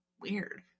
weird